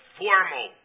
formal